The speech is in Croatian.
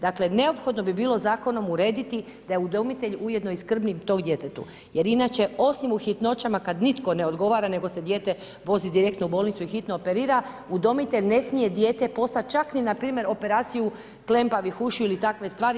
Dakle, neophodno bi bilo zakonom urediti da je udomitelj ujedno i skrbnik tom djetetu, jer inače osim u hitnoćama kada nitko ne odgovara, nego se dijete vozi direktno u bolnicu i hitno operira, udomitelj ne smije dijete poslati čak ni na primjer operaciju klempavih ušiju ili takve stvari.